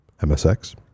MSX